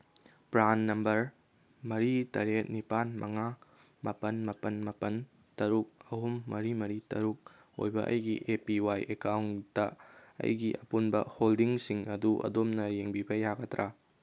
PRAN number ꯃꯔꯤ ꯇꯔꯦꯠ ꯅꯤꯄꯥꯟ ꯃꯉꯥ ꯃꯥꯄꯟ ꯃꯥꯄꯟ ꯃꯥꯄꯟ ꯇꯔꯨꯛ ꯑꯍꯨꯝ ꯃꯔꯤ ꯃꯔꯤ ꯇꯔꯨꯛ ꯑꯣꯏꯕ ꯑꯩꯒꯤ ꯑꯦ ꯄꯤ ꯋꯥꯏ ꯑꯦꯀꯥꯎꯟꯇ ꯑꯩꯒꯤ ꯑꯄꯨꯟꯕ ꯍꯣꯜꯗꯤꯡꯁꯤꯡ ꯑꯗꯨ ꯑꯗꯣꯝꯅ ꯌꯦꯡꯕꯤꯕ ꯌꯥꯒꯗ꯭ꯔꯥ